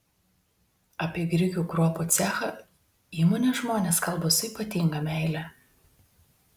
apie grikių kruopų cechą įmonės žmonės kalba su ypatinga meile